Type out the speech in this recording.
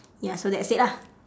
ya so that's it lah